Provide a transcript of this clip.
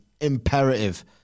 imperative